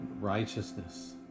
righteousness